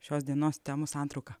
šios dienos temų santrauka